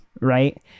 right